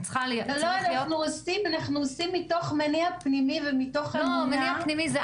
אנחנו עושים מתוך מניע פנימי ומתוך אמונה.